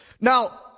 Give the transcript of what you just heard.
now